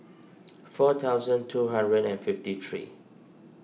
four thousand two hundred and fifty three